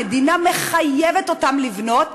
המדינה מחייבת אותם לבנות.